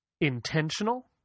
intentional